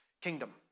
kingdom